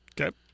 Okay